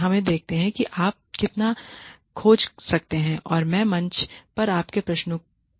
हमें देखते हैं कि आप कितना खोद खोज सकते हैं और मैं मंच पर आपके प्रश्नों का उत्तर दूँगा